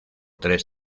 tres